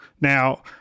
now